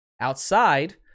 Outside